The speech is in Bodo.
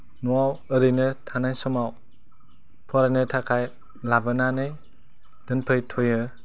न'आव ओरैनो थानाय समाव फरायनो थाखाय लाबोनानै दोनफैथयोब्ला